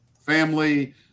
family